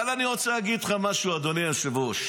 אבל אני רוצה להגיד לך משהו, אדוני היושב-ראש,